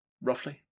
roughly